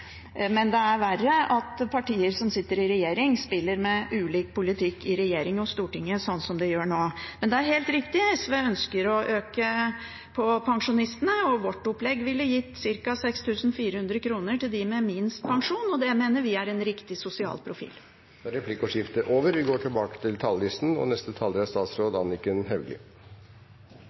men det er verre at partier som sitter i regjering, spiller med ulik politikk i regjeringen og i Stortinget, sånn som de gjør nå. Det er helt riktig at SV ønsker å øke for pensjonistene. Vårt opplegg ville gitt ca. 6 400 kr til dem med minst pensjon. Det mener vi er en riktig sosial profil. Replikkordskiftet er over. I meldingen som behandles i dag, legger regjeringen fram informasjon om årets regulering av pensjoner og